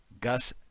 Gus